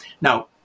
Now